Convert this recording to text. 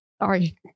Sorry